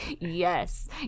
yes